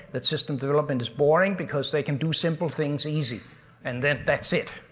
that system development is boring because they can do simple things easy and then that's it.